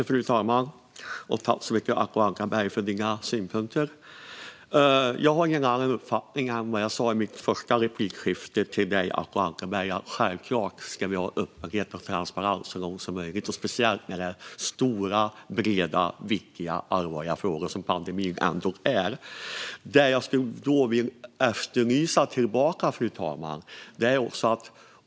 Fru talman! Tack, Acko Ankarberg, för synpunkterna! Jag har ingen annan uppfattning än vad jag sa i mitt första replikskifte med dig, Acko Ankarberg. Självklart ska vi ha öppenhet och transparens så långt som möjligt. Det gäller speciellt när det handlar om stora, breda, viktiga och allvarliga frågor, och pandemin är ju en sådan. Jag vill efterlysa något tillbaka, fru talman.